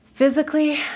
Physically